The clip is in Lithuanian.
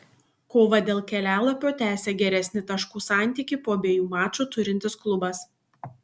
kovą dėl kelialapio tęsia geresnį taškų santykį po abiejų mačų turintis klubas